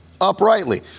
uprightly